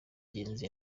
ingenzi